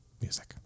music